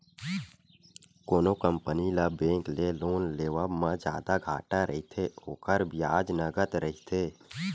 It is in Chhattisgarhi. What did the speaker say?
कोनो कंपनी ल बेंक ले लोन लेवब म जादा घाटा रहिथे, ओखर बियाज नँगत रहिथे